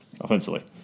offensively